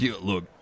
Look